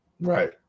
Right